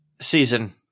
season